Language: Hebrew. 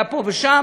היה פה ושם,